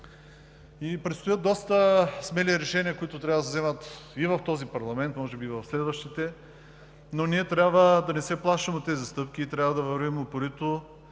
Предстоят доста смели решения, които трябва да се вземат в този парламент, може би и в следващите, но ние трябва да не се плашим от тези стъпки и трябва да вървим упорито